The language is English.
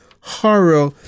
Horror